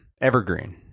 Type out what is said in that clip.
evergreen